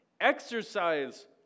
exercise